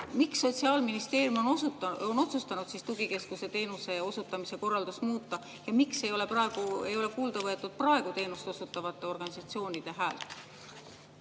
Miks Sotsiaalministeerium on otsustanud tugikeskuse teenuse osutamise korraldust muuta ja miks ei ole kuulda võetud praegu teenust osutavate organisatsioonide häält?